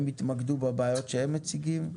הם יתמקדו בבעיות שהם מציגים.